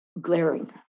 glaring